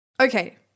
okay